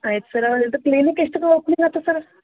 ಆಯ್ತು ಸರ ಇದು ಕ್ಲಿನಿಕ್ ಎಷ್ಟೋತ್ಗೆ ಓಪ್ನಿಂಗ್ ಆತದೆ ಸರ